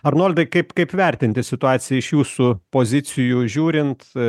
arnoldai kaip kaip vertinti situaciją iš jūsų pozicijų žiūrint